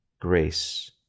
grace